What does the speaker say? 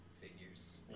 figures